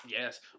Yes